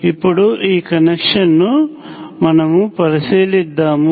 ఇప్పుడు ఈ కనెక్షన్ ను మనము పరిశీలిద్దాము